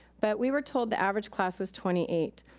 but we were told the average class was twenty eight.